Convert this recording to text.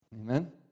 Amen